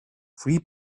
three